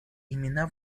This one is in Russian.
имена